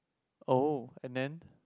oh and then